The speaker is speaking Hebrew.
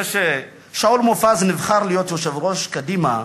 כששאול מופז נבחר להיות יושב-ראש קדימה,